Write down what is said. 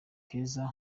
keza